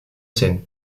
scène